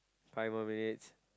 five more minutes